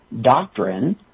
doctrine